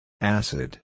Acid